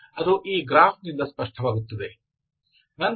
ಅದು ಈ ಗ್ರಾಫ್ ನಿಂದ ಸ್ಪಷ್ಟವಾಗುತ್ತದೆ